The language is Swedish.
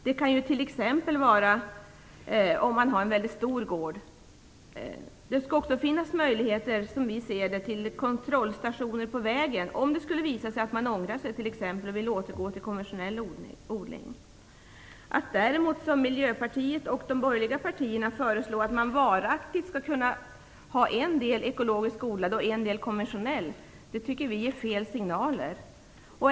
Det kan t.ex. vara fråga om en mycket stor gård. Det skall också finnas möjligheter till kontrollstationer på vägen, om det skulle visa sig att man ångrar sig och vill återgå till konventionell odling. Däremot anser vi att det är felaktiga signaler att föreslå, som Miljöpartiet och de borgerliga partiernas företrädare gör, att man varaktigt skall kunna ha en del av gården med ekologisk odling och en del med konventionell odling.